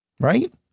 Right